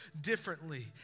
differently